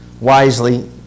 wisely